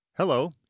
Hello